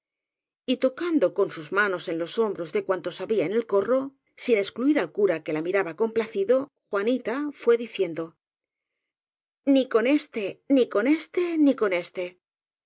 real y tocando con sus manos en los hombros de cuantos había en el corro sin excluir al cura que la miraba complacido juanita fué diciendo n i con éste ni con éste ni con éste